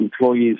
employees